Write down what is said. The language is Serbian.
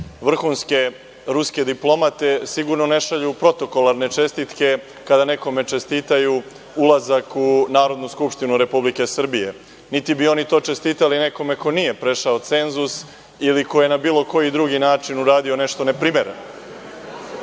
vrhunske ruske diplomate sigurno ne šalju protokolarne čestitke kada nekome čestitaju ulazak u Narodnu skupštinu Republike Srbije, niti bi oni to čestitali nekome ko nije prešao cenzus ili ko je na bilo koji drugi način uradio nešto neprimereno. Dakle,